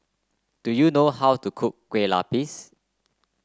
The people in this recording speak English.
do you know how to cook Kueh Lupis